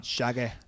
Shaggy